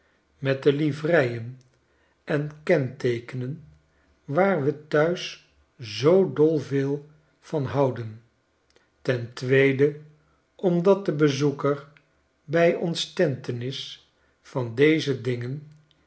met de livreien en kenteekenen waar we thuis zoo dol veel van houden ten tweede omdat de bezoeker bij ontstentenis van deze dingen